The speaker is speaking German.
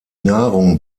nahrung